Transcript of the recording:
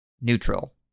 Neutral